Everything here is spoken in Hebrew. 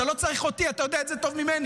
אתה לא צריך אותי, אתה יודע את זה טוב ממני.